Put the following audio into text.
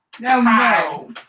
No